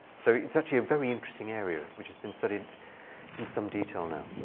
so it's actually a very interesting area, which has been studied in some detail now.